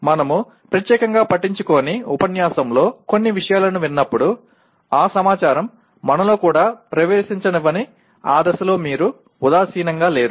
మనము ప్రత్యేకంగా పట్టించుకోని ఉపన్యాసంలో కొన్ని విషయాలను విన్నప్పుడు ఆ సమాచారం మనలో కూడా ప్రవేశించనివ్వని ఆ దశలో మీరు ఉదాసీనంగా లేరు